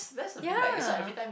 ya